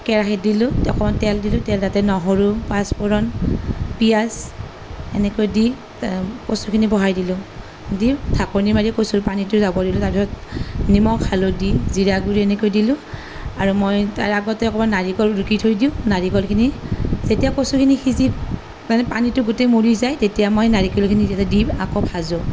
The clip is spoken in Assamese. কেৰাহীত দিলোঁ অকণমান তেল দিলোঁ তেল তাতে নহৰু পাঁচ ফুৰণ পিয়াজ এনেকৈ দি কচুখিনি বহাই দিলোঁ দি ঢাকনি মাৰি কচুৰ পানীতো যাব দিলোঁ তাৰপিছত নিমখ হালধি জিৰা গুৰি এনেকৈ দিলোঁ আৰু মই তাৰ আগতে অকণমান নাৰিকল ৰুকি থৈ দিওঁ নাৰিকলখিনি যেতিয়া কচুখিনি সিজি মানে পানীতো গোটেই মৰি যায় তেতিয়া মই নাৰিকলখিনি তাতে দি আকৌ ভাজো